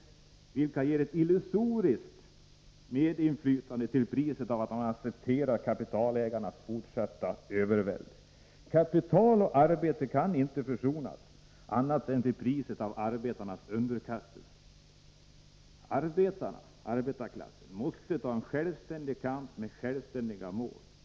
Sådana ger bara ett illusoriskt medinflytande. Priset är att man accepterar kapitalägarnas fortsatta herravälde. Kapital och arbete kan inte försonas, annat än till priset av arbetarnas underkastelse. Arbetarklassen måste ta upp en självständig kamp med självständiga mål.